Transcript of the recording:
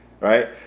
Right